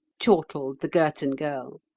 chortled the girton girl.